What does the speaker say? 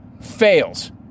fails